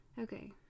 okay